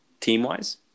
Team-wise